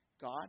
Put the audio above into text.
God